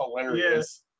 hilarious